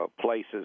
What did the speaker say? places